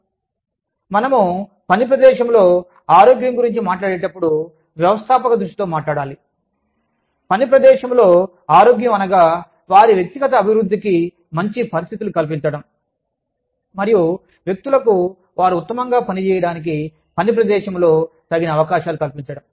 మనము పని ప్రదేశంలో ఆరోగ్యం గురించి మాట్లాడేటప్పుడు వ్యవస్థాపక దృష్టితో మాట్లాడాలి పని ప్రదేశంలో ఆరోగ్యం అనగా వారి వ్యక్తిగత అభివృద్ధికి మంచి పరిస్థితులు కల్పించడం మరియు వ్యక్తులకు వారు ఉత్తమంగా పని చేయడానికి పని ప్రదేశంలో తగిన అవకాశాలు కల్పించడం